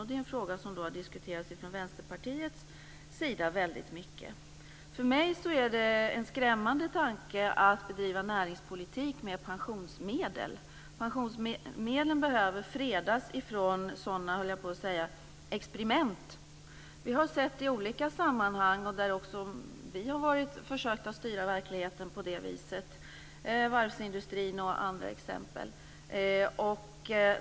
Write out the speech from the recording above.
Det är en fråga som har diskuterats väldigt mycket från Vänsterpartiets sida. För mig är det en skrämmande tanke att bedriva näringspolitik med pensionsmedel. Pensionsmedlen behöver fredas från sådana experiment. Vi har sett det i olika sammanhang, där också vi har försökt styra verkligheten på det viset, som varvsindustrin och andra exempel.